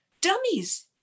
dummies